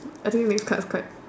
I think next card next card